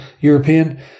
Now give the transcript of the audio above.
European